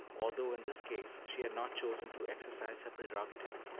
although in this case she had not chosen to exercise her prerogative,